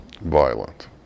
violent